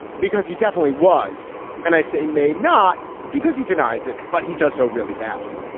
because he definitely was and i say may not because he denies it, but he does so really badly,